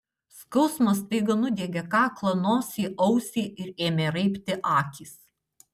skausmas staiga nudiegė kaklą nosį ausį ir ėmė raibti akys